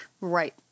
Right